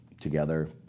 together